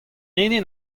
hini